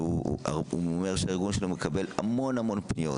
והוא אומר שהארגון שלו מקבל המון המון פניות